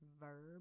Verb